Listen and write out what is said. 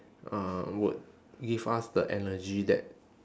uh would give us the energy that